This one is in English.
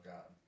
God